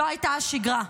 זו הייתה השגרה.